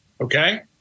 okay